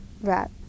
Right